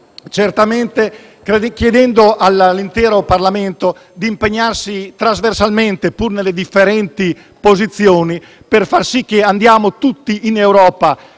Concludo chiedendo all'intero Parlamento di impegnarsi trasversalmente, pur nelle differenti posizioni, per far sì che andiamo tutti in Europa,